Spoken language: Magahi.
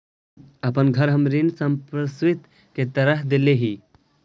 अपन घर हम ऋण संपार्श्विक के तरह देले ही